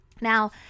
Now